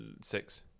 six